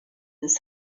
his